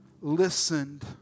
listened